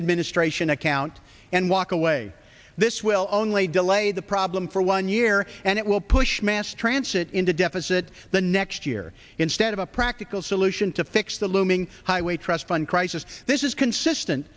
administration account and walk away this will only delay the problem for one year and it will push mass transit into deficit the next year instead of a practical solution to fix the looming highway trust fund crisis this is consistent